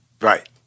Right